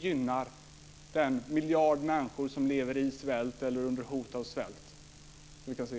gynnar den miljard människor som lever i svält eller under hotet av svält.